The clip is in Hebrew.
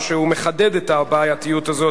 או שהוא מחדד את הבעייתיות הזאת.